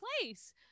place